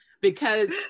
because-